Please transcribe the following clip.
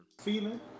Feeling